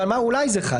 ועל מה זה אולי חל.